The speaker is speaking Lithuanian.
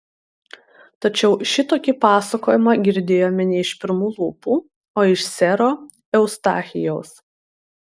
tačiau šitokį pasakojimą girdėjome ne iš pirmų lūpų o iš sero eustachijaus